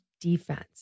defense